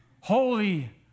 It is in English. holy